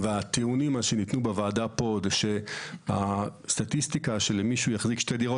והטיעונים שניתנו בוועדה פה הם שהסטטיסטיקה שמישהו יחזיק שתי דירות,